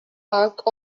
arc